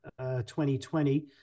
2020